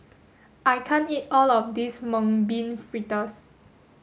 I can't eat all of this mung bean fritters